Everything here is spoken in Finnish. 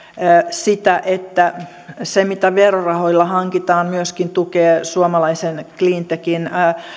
sitä että se mitä verorahoilla hankitaan myöskin tukee suomalaisen cleantechin